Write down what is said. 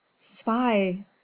spy